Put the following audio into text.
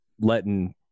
letting